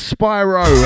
Spyro